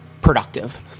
productive